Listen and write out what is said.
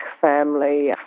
family